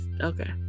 Okay